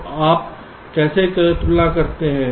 तो आप कैसे तुलना करते हैं